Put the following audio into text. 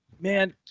man